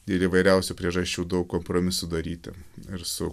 dėl įvairiausių priežasčių daug kompromisų daryti ir su